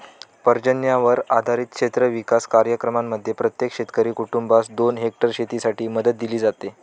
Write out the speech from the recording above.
पर्जन्यावर आधारित क्षेत्र विकास कार्यक्रमांमध्ये प्रत्येक शेतकरी कुटुंबास दोन हेक्टर शेतीसाठी मदत दिली जाते